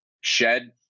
shed